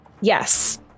Yes